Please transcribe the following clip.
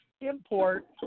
import